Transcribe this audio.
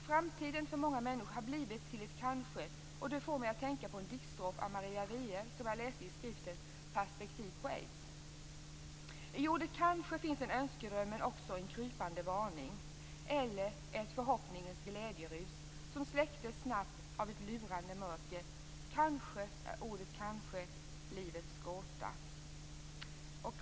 Framtiden för många människor har blivit till ett kanske, och det får mig att tänka på en diktstrof av Maria Wine som jag läste i skriften Perspektiv på I ordet kanske finns en önskedröm men också en krypande varning eller ett förhoppningens glädjerus som släcktes snabbt av ett lurande mörker. Kanske är ordet kanske livets gåta?